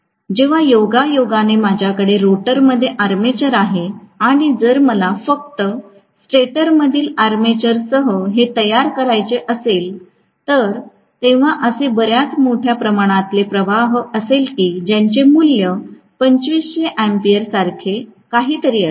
जेव्हा योगायोगाने माझ्याकडे रोटरमध्ये आर्मेचर आहे आणि जर मला फक्त स्टेटरमधील आर्मेचरसह हे तयार करायचे असेल तर तेव्हा असे बरेच मोठ्या प्रमाणातले प्रवाह असेल कि ज्याचे मूल्य 2500 अँपिअरसारखे काहीतरी असेल